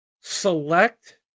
select